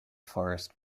forrest